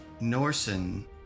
norsen